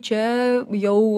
čia jau